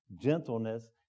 gentleness